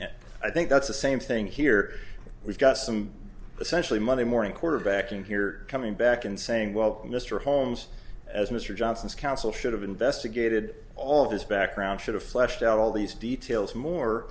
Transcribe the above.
and i think that's the same thing here we've got some essentially monday morning quarterbacking here coming back and saying well mr holmes as mr johnson's counsel should have investigated all of his background should have fleshed out all these details more